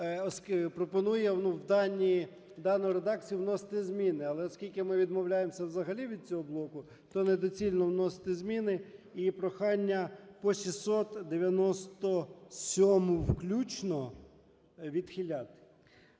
Пропонує в дану редакцію внести зміни, але оскільки ми відмовляємося взагалі від цього блоку, то недоцільно вносити зміни. І прохання по 697-у включно відхиляти.